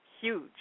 huge